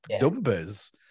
numbers